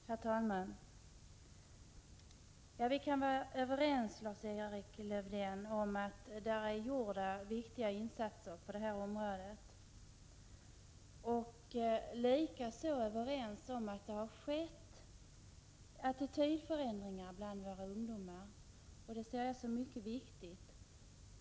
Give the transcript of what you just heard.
Herr talman! Vi kan vara överens om, Lars-Erik Lövdén, att viktiga insatser har gjorts på detta område. Likaså är vi överens om att det har skett attitydförändringar bland våra ungdomar. Det ser jag som mycket viktigt.